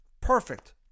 Perfect